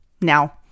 now